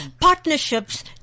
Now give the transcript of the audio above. partnerships